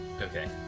okay